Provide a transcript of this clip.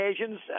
occasions